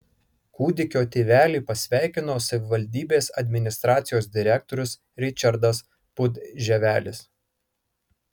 kūdikio tėvelį pasveikino savivaldybės administracijos direktorius ričardas pudževelis